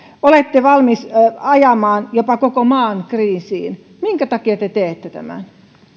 olette valmis ajamaan jopa koko maan kriisiin minkä takia te teette tämän